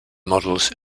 models